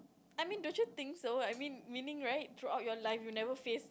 I mean don't you think so I mean meaning like throughout your life you never face